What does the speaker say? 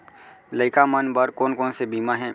लइका मन बर कोन कोन से बीमा हे?